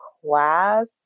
class